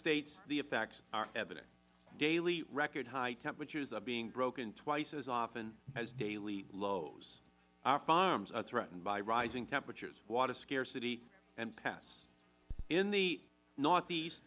states the effects are evident daily record high temperatures are being broken twice as often as daily lows our farms are threatened by rising temperatures water scarcity and pests in the northeast